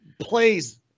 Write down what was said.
Plays